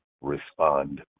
respond